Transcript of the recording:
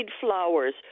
flowers